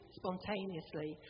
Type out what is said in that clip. spontaneously